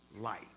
light